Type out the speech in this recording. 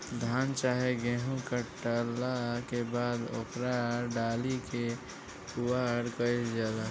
धान चाहे गेहू काटला के बाद ओकरा डाटी के पुआरा कहल जाला